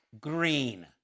green